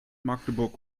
magdeburg